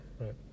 right